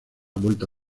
vuelto